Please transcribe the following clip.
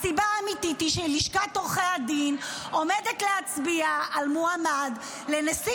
הסיבה האמיתית היא שלשכת עורכי הדין עומדת להצביע על מועמד לנשיא